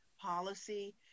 policy